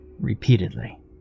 Repeatedly